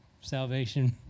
Salvation